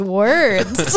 words